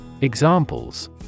Examples